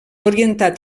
orientat